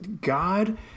God